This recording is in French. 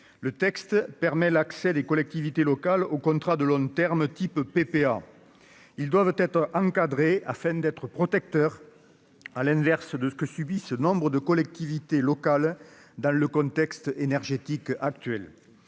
le texte permet l'accès, les collectivités locales aux contrats de long terme, type PPA, ils doivent être encadrés afin d'être protecteur, à l'inverse de ce que subissent nombre de collectivités locales, dans le contexte énergétique actuelle